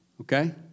okay